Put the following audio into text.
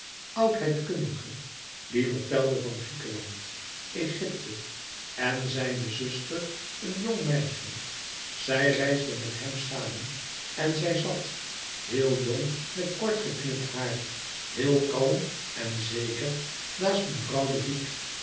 oudheidkundige die vertelde van griekenland egypte en zijne zuster een jong meisje zij reisde met hem samen en zij zat heel jong met kortgeknipt haar heel kalm en zeker naast mevrouw de